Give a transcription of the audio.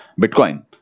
Bitcoin